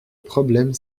problème